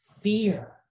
fear